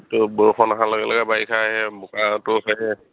ত' বৰষুণ অহাৰ লগে লগে বাৰিষা আহে বোকাটো হয়েই